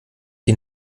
die